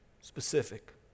Specific